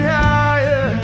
higher